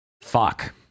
Fuck